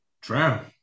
Drown